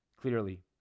clearly